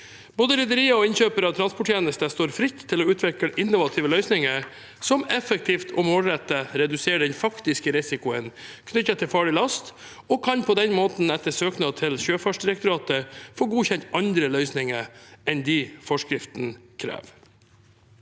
Både rederier og innkjøpere av transporttjenester står fritt til å utvikle innovative løsninger som effektivt og målrettet reduserer den faktiske risikoen knyttet til farlig last, og kan etter søknad til Sjøfartsdirektoratet på den måten få godkjent andre løsninger enn dem forskriften krever.